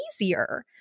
easier